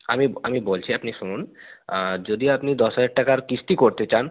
আমি আমি বলছি আপনি শুনুন যদি আপনি দশ হাজার টাকার কিস্তি করতে চান